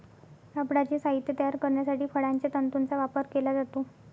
कापडाचे साहित्य तयार करण्यासाठी फळांच्या तंतूंचा वापर केला जातो